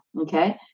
Okay